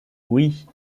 oui